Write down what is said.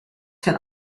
can